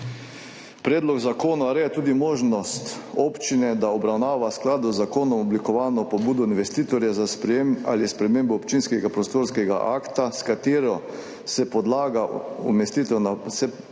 Predlog zakona ureja tudi možnost občine, da obravnava v skladu z zakonom oblikovano pobudo investitorja za sprejetje ali spremembo občinskega prostorskega akta, s katerim se predlaga umestitev naprav